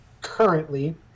currently